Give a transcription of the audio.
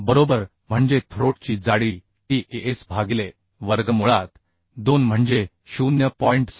बरोबर म्हणजे थ्रोट ची जाडी T ही S भागिले वर्गमुळात 2 म्हणजे 0